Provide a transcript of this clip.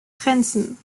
grenzen